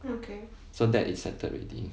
so that is settled already